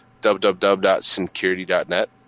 www.security.net